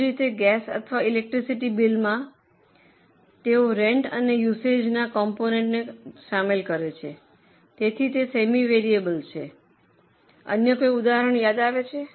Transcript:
તે જ રીતે ગેસ અથવા ઇલેકટ્રીસિટી બિલમાં તેઓ રેન્ટ અને યુસેજના કોમ્પોનેન્ટને શામેલ કરે છે તેથી તે સેમી વેરિયેબલ છે અન્ય કોઈ ઉદાહરણ યાદ આવે છે